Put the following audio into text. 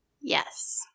Yes